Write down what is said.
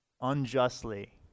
unjustly